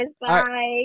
Bye